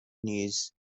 news